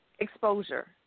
Exposure